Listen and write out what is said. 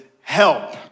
help